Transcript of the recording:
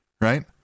right